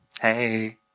Hey